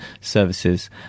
services